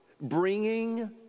bringing